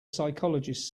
psychologist